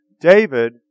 David